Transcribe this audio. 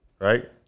Right